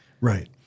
Right